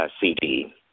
CD